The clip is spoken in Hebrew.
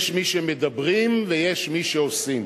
יש מי שמדברים ויש מי שעושים.